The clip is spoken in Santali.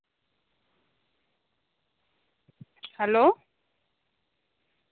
ᱦᱮᱞᱳ